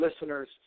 listeners